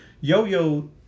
Yo-Yo